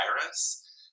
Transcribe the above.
virus